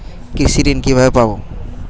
কৃষি ঋন কিভাবে পাব?